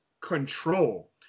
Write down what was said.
control